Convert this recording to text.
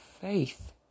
faith